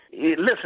Listen